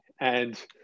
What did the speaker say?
And-